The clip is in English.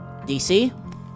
DC